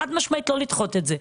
חד-משמעית לא לדחות את זה.